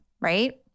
right